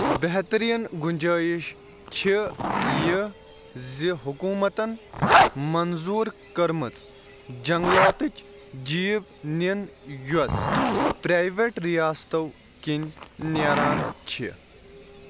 بہتریٖن گُنجٲیِش چھِ یہِ زِ حکوٗمتَن منظوٗر کٔرمٕژ جنٛگلاتٕچ جیٖپ نِنۍ یۄس پرٛایویٹ رِیاستو کِنۍ نیران چھِ